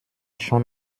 schon